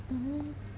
mmhmm